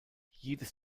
jedes